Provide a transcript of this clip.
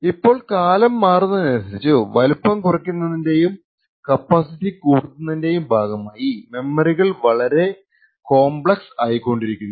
ഇപ്പോൾ കാലം മാറുന്നതിനനുസരിച്ചു വലുപ്പം കുറക്കുന്നതിന്റെയും കപ്പാസിറ്റി കൂട്ടുന്നതിന്റെയും ഭാഗമായി മെമ്മറികൾ വളരെ വളരെ കോംപ്ലക്സ് ആയികൊണ്ടിരിക്കുന്നു